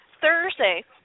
Thursday